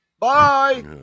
Bye